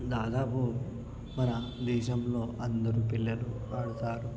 దాదాపు మన దేశంలో అందరు పిల్లలు ఆడతారు